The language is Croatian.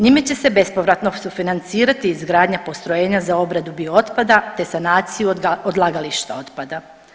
Njime će se bespovratno sufinancirati izgradnja postrojenja za obradu biootpada te sanaciju odlagališta otpada.